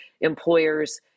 employers